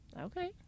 Okay